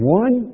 one